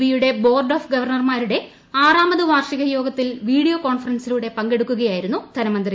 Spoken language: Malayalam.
ബിയുടെ ബോർഡ് ഓഫ് ഗവർണർമാരുടെ ആറാമത് വാർഷിക യോഗത്തിൽ വീഡിയോ കോൺഫറൻസിലൂടെ പങ്കെടുക്കുകയായിരുന്നു ധനമന്ത്രി